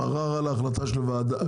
ערר על ההחלטה של הוועדה.